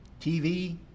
TV